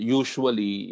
usually